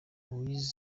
luis